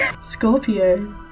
Scorpio